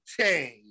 change